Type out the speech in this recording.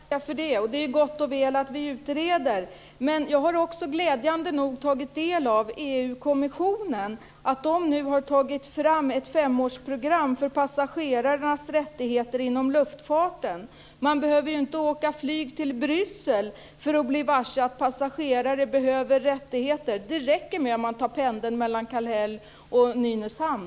Fru talman! Jag tackar för det. Det är gott och väl att vi utreder. Jag har också glädjande nog tagit del av att EU-kommissionen nu har tagit fram ett femårsprogram för passagerarnas rättigheter inom luftfarten. Man behöver inte åka flyg till Bryssel för att bli varse att passagerare behöver rättigheter. Det räcker med att ta pendeln mellan Kallhäll och Nynäshamn.